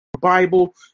Bible